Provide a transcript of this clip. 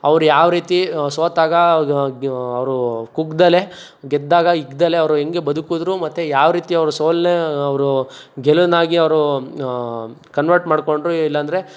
ಅವ್ರು ಯಾವ ರೀತಿ ಸೋತಾಗ ಗ ಅವರು ಕುಗ್ದೇ ಗೆದ್ದಾಗ ಹಿಗ್ದೇ ಅವರು ಹೆಂಗೆ ಬದುಕಿದ್ರು ಮತ್ತೆ ಯಾವ ರೀತಿ ಅವರು ಸೋಲನ್ನ ಅವರು ಗೆಲುವನ್ನಾಗಿ ಅವರು ಕನ್ವರ್ಟ್ ಮಾಡ್ಕೊಂಡ್ರು ಇಲ್ಲಾಂದ್ರೆ